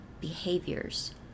behaviors